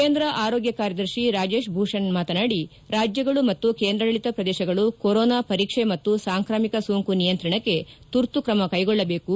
ಕೇಂದ್ರ ಆರೋಗ್ಯ ಕಾರ್ಯದರ್ಶಿ ರಾಜೇಶ್ ಭೂಷಣ್ ಮಾತನಾಡಿ ರಾಜ್ಯಗಳು ಮತ್ತು ಕೇಂದ್ರಾಡಳಿತ ಪ್ರದೇಶಗಳು ಕೊರೊನಾ ಪರೀಕ್ಷೆ ಮತ್ತು ಸಾಂಕ್ರಾಮಿಕ ಸೋಂಕು ನಿಯಂತ್ರಣಕ್ಕೆ ತುರ್ತು ಕ್ರಮ ಕೈಗೊಳ್ಳಬೇಕು